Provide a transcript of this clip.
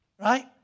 right